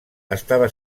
estava